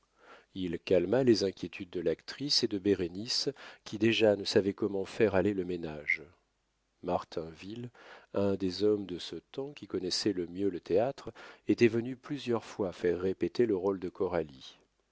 il calma les inquiétudes de l'actrice et de bérénice qui déjà ne savaient comment faire aller le ménage martinville un des hommes de ce temps qui connaissaient le mieux le théâtre était venu plusieurs fois faire répéter le rôle de coralie